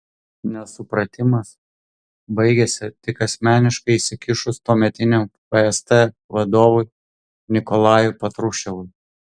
nesupratimas baigėsi tik asmeniškai įsikišus tuometiniam fst vadovui nikolajui patruševui